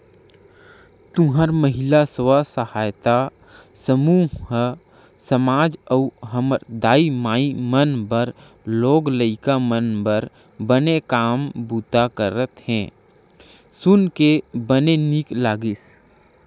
तुंहर महिला स्व सहायता समूह ह समाज अउ हमर दाई माई मन बर लोग लइका मन बर बने काम बूता करत हे सुन के बने नीक लगिस